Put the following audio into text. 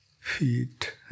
feet